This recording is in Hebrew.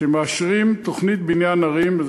כשמאשרים תוכנית בניין ערים,